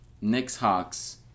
Knicks-Hawks